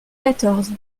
quatorze